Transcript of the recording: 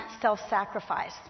self-sacrifice